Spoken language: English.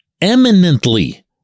eminently